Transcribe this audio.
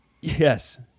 Yes